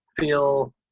feel